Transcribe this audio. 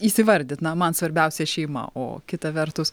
įsivardyt na man svarbiausia šeima o kita vertus